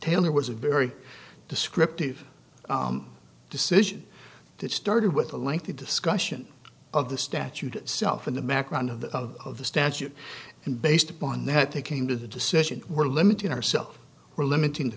taylor was a very descriptive decision that started with a lengthy discussion of the statute itself in the background of the statute based upon that they came to the decision we're limiting ourselves we're limiting the